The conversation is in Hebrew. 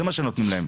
זה מה שנותנים להם,